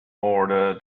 order